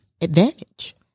advantage